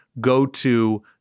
go-to